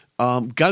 Gun